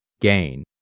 gain